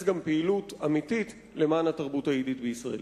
גם פעילות אמיתית למען התרבות היידית בישראל.